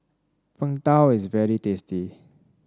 Png Tao is very tasty